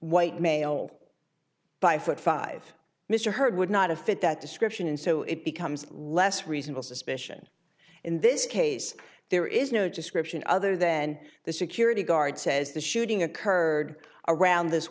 white male by foot five mr hurd would not a fit that description and so it becomes less reasonable suspicion in this case there is no description other than the security guard says the shooting occurred around this